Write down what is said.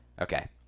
Okay